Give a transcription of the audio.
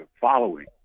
following